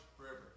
forever